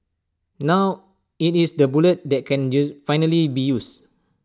now IT is the bullet that can finally be used